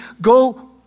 go